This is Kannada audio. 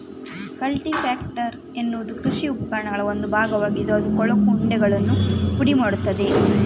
ಕಲ್ಟಿ ಪ್ಯಾಕರ್ ಎನ್ನುವುದು ಕೃಷಿ ಉಪಕರಣಗಳ ಒಂದು ಭಾಗವಾಗಿದ್ದು ಅದು ಕೊಳಕು ಉಂಡೆಗಳನ್ನು ಪುಡಿ ಮಾಡುತ್ತದೆ